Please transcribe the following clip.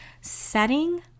setting